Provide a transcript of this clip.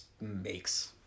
makes